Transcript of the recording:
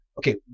okay